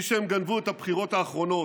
כפי שהם גנבו את הבחירות האחרונות,